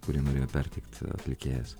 kurį norėjo perteikt atlikėjas